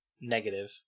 negative